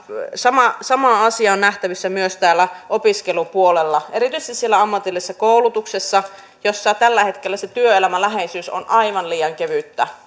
sama asia on nähtävissä opiskelupuolella erityisesti ammatillisessa koulutuksessa jossa tällä hetkellä työelämäläheisyys on aivan liian kevyttä